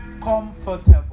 comfortable